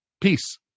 peace